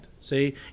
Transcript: see